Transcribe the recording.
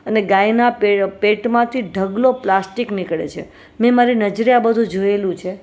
અને ગાયનાં પેટમાંથી ઢગલો પ્લાસ્ટિક નીકળે છે મેં મારી નજરે આ બધું જોયેલું છે